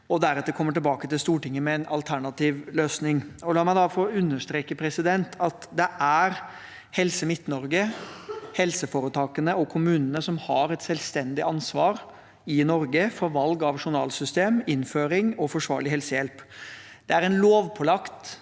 og deretter å komme tilbake til Stortinget med en alternativ løsning. La meg da få understreke at det er Helse Midt-Norge, helseforetakene og kommunene som har et selvstendig ansvar i Norge for valg av journalsystem, innføring og forsvarlig helsehjelp. Det er en lovpålagt